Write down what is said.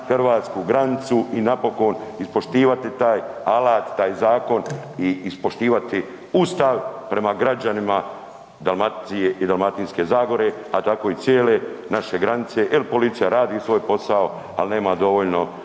hrvatsku granicu i napokon ispoštivati taj alat, taj zakon i ispoštivati Ustav prema građanima Dalmacije i Dalmatinske zagore, a tako i cijele naše granice jer policija radi svoj posao, ali nema dovoljno